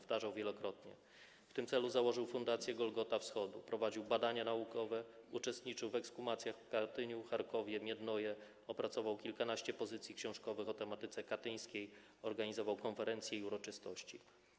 W tym celu założył Fundację Golgota Wschodu, prowadził badania naukowe, uczestniczył w ekshumacjach w Katyniu, Charkowie, Miednoje, opracował kilkanaście pozycji książkowych o tematyce katyńskiej, organizował konferencje i uroczystości.